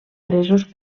presos